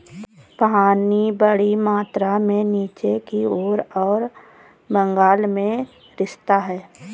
पानी बड़ी मात्रा में नीचे की ओर और बग़ल में रिसता है